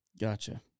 Gotcha